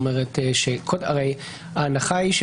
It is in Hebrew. הרי ההנחה היא,